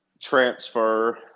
transfer